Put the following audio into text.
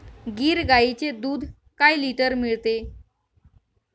गीर गाईचे दूध काय लिटर मिळते?